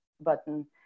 button